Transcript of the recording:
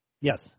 Yes